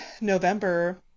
November